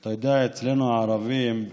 אתה יודע, אצלנו הערבים,